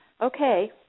Okay